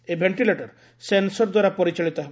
ଏହି ଭେଷ୍ଟିଲେଟର୍ ସେନ୍ସର୍ଦ୍ୱାରା ପରିଚାଳିତ ହେବ